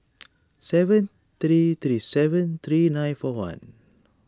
six three three seven three nine four one